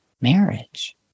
marriage